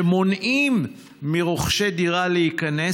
שמונעים מרוכשי דירה להיכנס.